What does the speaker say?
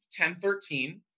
1013